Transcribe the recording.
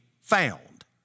found